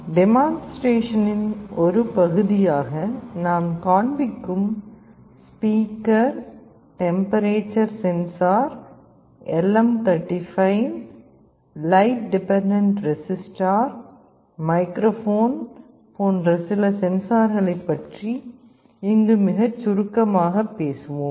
டெமான்ஸ்ட்ரேஷனின் ஒரு பகுதியாக நாம் காண்பிக்கும் speaker temperature sensor LM35 light dependent resistor microphone போன்ற சில சென்சார்களைப் பற்றி இங்கு மிகச் சுருக்கமாகப் பேசுவோம்